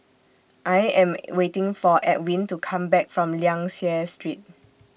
I Am waiting For Edwin to Come Back from Liang Seah Street